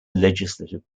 legislative